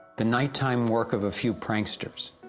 the nighttime work of a few pranksters.